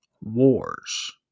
Wars